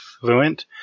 fluent